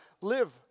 live